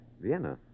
Vienna